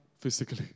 physically